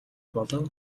болон